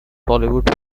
hollywood